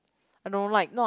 I know like not